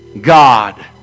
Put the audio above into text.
God